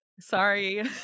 Sorry